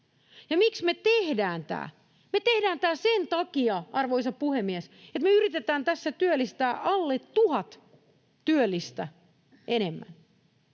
miksi me tehdään tämä? Me tehdään tämä sen takia, arvoisa puhemies, että me yritetään tässä työllistää alle tuhat työllistä enemmän.